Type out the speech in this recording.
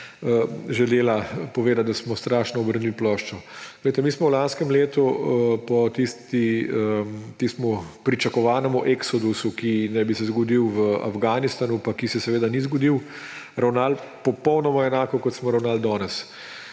želeli povedati, da smo strašno obrnili ploščo. Poglejte, mi smo v lanskem letu po tistemu pričakovanemu eksodusu, ki naj bi se zgodil v Afganistanu pa ki se seveda ni zgodil, ravnali popolnoma enako, kot smo ravnali danes.